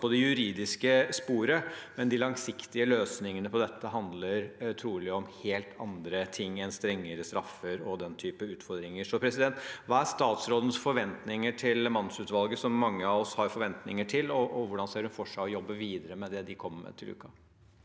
på det juridiske sporet, men de langsiktige løsningene på dette handler trolig om helt andre ting enn strengere straffer og den typen utfordringer. Hva er statsrådens forventninger til mannsutvalget, som mange av oss har forventninger til, og hvordan ser hun for seg å jobbe videre med det de kommer med til uken?